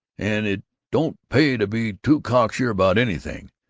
and it don't pay to be too cocksure about anything.